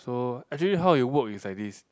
so actually how it work is like this